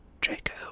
Draco